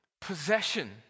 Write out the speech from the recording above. possession